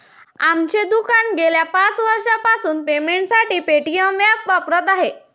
आमचे दुकान गेल्या पाच वर्षांपासून पेमेंटसाठी पेटीएम ॲप वापरत आहे